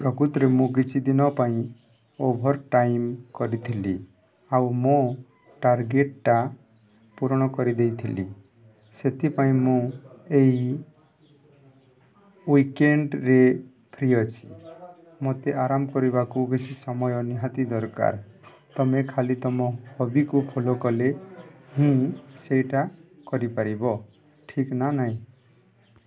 ପ୍ରକୃତରେ ମୁଁ କିଛି ଦିନ ପାଇଁ ଓଭର୍ଟାଇମ୍ କରିଥିଲି ଆଉ ମୋ ଟାର୍ଗେଟ୍ଟା ପୂରଣ କରିଦେଇଥିଲି ସେଥିପାଇଁ ମୁଁ ଏହି ୱିକେଣ୍ଡ୍ରେ ଫ୍ରି ଅଛି ମୋତେ ଆରାମ କରିବାକୁ କିଛି ସମୟ ନିହାତି ଦରକାର ତୁମେ ଖାଲି ତୁମ ହବିକୁ ଫଲୋ କଲେ ହିଁ ସେଇଟା କରିପାରିବ ଠିକ୍ ନା ନାହିଁ